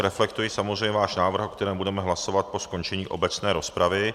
Reflektuji samozřejmě váš návrh, o kterém budeme hlasovat po skončení obecné rozpravy.